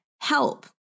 Help